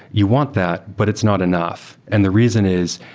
you want that, but it's not enough. and the reason is,